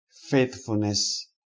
faithfulness